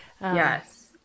Yes